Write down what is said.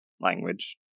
language